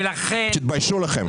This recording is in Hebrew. ולכן --- תתביישו לכם.